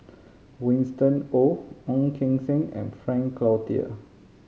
Winston Oh Ong Keng Sen and Frank Cloutier